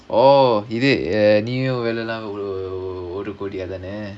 oh நீங்களும் வெல்லலாம் ஒரு கோடி அதானே:neengalum vellalaam orukodi adhaanae